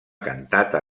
cantata